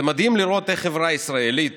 זה מדהים לראות איך חברה ישראלית